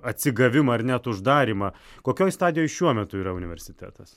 atsigavimą ar net uždarymą kokioj stadijoj šiuo metu yra universitetas